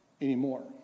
anymore